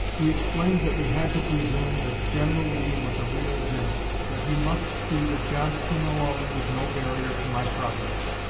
we explained that we had to presume that general lee was a real general that he must see that johnston alone was no barrier to my progress,